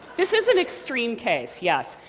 this is an extreme case, yes.